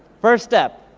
first step,